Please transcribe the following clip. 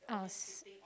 ah s~